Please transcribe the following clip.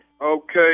Okay